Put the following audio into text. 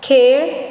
खेळ